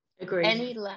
Agreed